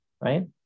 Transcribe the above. right